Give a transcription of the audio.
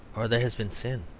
or there has been sin,